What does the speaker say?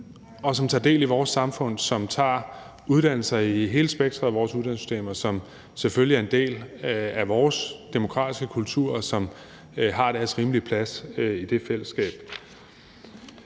og tager del i vores samfund og tager uddannelser i hele spektret af vores uddannelsessystem, og som selvfølgelig er en del af vores demokratiske kultur og har deres rimelige plads i det fællesskab.